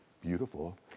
beautiful